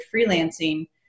freelancing